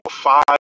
five